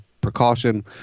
precaution